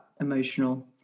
emotional